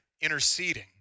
interceding